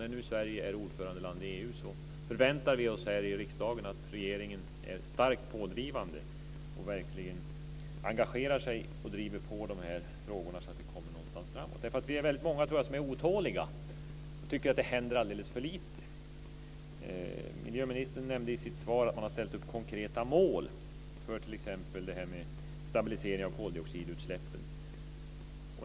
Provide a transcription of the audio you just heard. När nu Sverige är ordförandeland i EU förväntar vi oss här i riksdagen att regeringen är starkt pådrivande och verkligen engagerar sig och driver på de här frågorna så att de kommer framåt. Jag tror att vi är väldigt många som är otåliga och tycker att det händer alldeles för lite. Miljöministern nämnde i sitt svar att man har ställt upp konkreta mål för t.ex. en stabilisering av koldioxidutsläppen.